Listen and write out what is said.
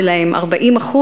40%,